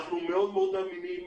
אנחנו מאוד מאוד אמינים.